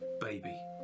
baby